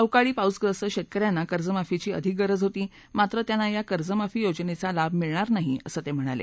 अवकाळी पाऊस ग्रस्त शेतक यांना कर्जमाफीची अधिक गरज होती मात्र त्यांना या कर्जमाफी योजनेचा लाभ मिळणार नाही असं ते म्हणाले